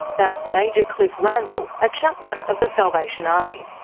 that's major cliff randall, a chaplain of the salvation army.